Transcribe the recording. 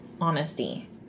honesty